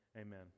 Amen